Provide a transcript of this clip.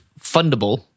Fundable